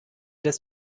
des